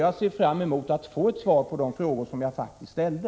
Jag ser fram emot att få ett svar på de frågor som jag faktiskt ställde.